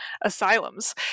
asylums